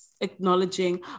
acknowledging